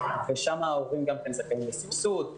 ושם ההורים זכאים לסבסוד,